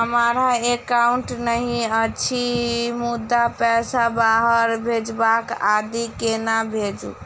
हमरा एकाउन्ट नहि अछि मुदा पैसा बाहर भेजबाक आदि केना भेजू?